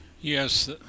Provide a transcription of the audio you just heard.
Yes